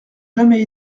jamais